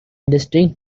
distinct